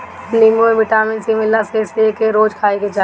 नीबू में vitamin C मिलेला एसे एके रोज खाए के चाही